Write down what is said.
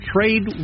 trade